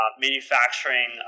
manufacturing